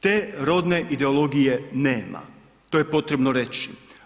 Te rodne ideologije nema, to je potrebno reći.